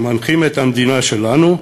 שמנחים את המדינה שלנו,